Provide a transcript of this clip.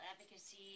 advocacy